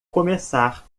começar